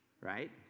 right